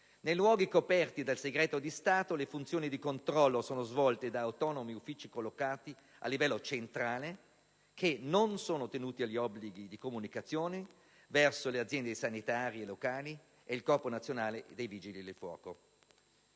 «Nei luoghi coperti dal segreto di Stato, le funzioni di controllo (...) sono svolte da autonomi uffici (...) collocati a livello centrale», e «le amministrazioni non sono tenute agli obblighi di comunicazione verso le aziende sanitarie locali ed il Corpo nazionale dei vigili del fuoco».